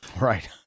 right